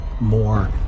More